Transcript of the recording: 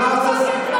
כולם צועקים כבר שעה.